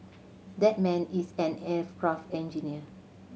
that man is an aircraft engineer